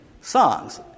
songs